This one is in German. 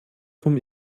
vom